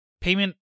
payment